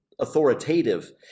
authoritative